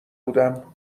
بودم